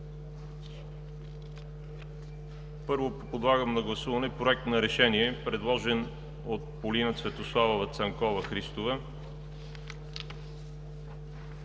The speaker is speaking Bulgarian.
Подлагам на гласуване Проект на решение, предложен от Полина Цветославова Цанкова-Христова,